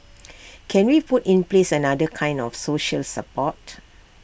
can we put in place another kind of social support